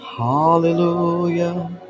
Hallelujah